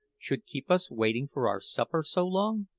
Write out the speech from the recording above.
should keep us waiting for our supper so long?